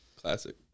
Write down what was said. classic